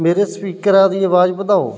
ਮੇਰੇ ਸਪੀਕਰਾਂ ਦੀ ਆਵਾਜ਼ ਵਧਾਓ